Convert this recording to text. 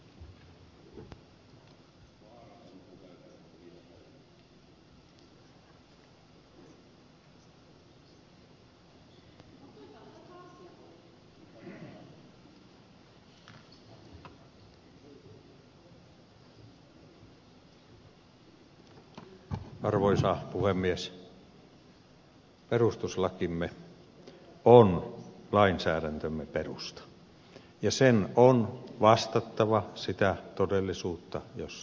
perustuslakimme on lainsäädäntömme perusta ja sen on vastattava sitä todellisuutta jossa elämme